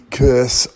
curse